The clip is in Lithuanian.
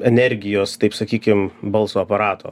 energijos taip sakykim balso aparato